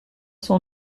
son